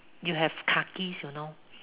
you have kakis you know